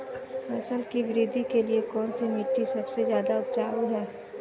फसल की वृद्धि के लिए कौनसी मिट्टी सबसे ज्यादा उपजाऊ है?